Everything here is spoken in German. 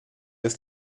ist